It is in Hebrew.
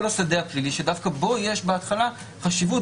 השדה הפלילי שדווקא בו שיש בהתחלה חשיבות,